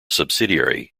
subsidiary